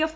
F